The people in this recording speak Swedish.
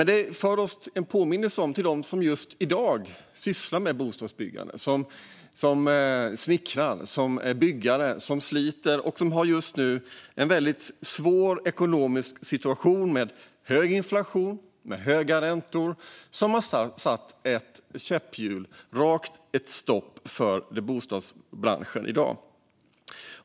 Det för oss in på dem som i dag sysslar med bostadsbyggande. De snickrar och sliter och har just nu en väldigt svår ekonomisk situation med hög inflation och höga räntor som har satt käppar i hjulet för bostadsbranschen.